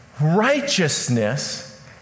righteousness